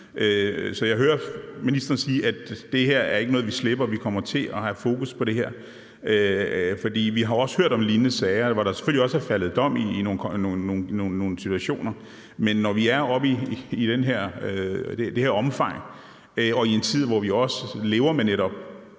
Så jeg hører ministeren sige, at det her ikke er noget, vi slipper, men at vi kommer til at have fokus på det her. Vi har også hørt om lignende sager, hvor der selvfølgelig også er fældet dom i forhold til nogle situationer. Men når vi er oppe i det her omfang, og når det sker i en tid, hvor vi netop